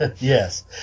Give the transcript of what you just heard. Yes